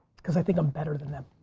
because i think i'm better than them.